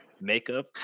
Makeup